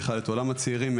מכל המשרדים הממשלתיים,